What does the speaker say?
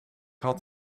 had